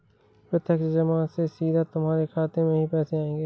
प्रत्यक्ष जमा से सीधा तुम्हारे खाते में ही पैसे आएंगे